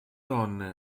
donne